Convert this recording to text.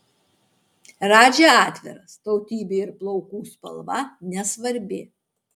radži atviras tautybė ir plaukų spalva nesvarbi